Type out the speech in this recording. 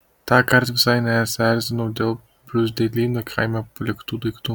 tąkart visai nesierzinau dėl bruzdeilyno kaime paliktų daiktų